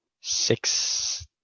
Six